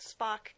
Spock